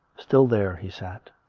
still there he sat.